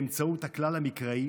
באמצעות הכלל המקראי